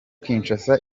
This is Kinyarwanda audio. kinshasa